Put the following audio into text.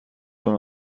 چون